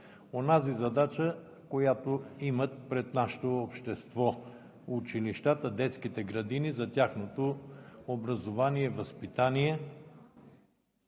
онази задача, която имат пред нашето общество училищата и детските градини за тяхното образование и възпитание.